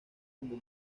como